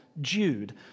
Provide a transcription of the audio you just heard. Jude